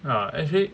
uh actually